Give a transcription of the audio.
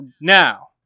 now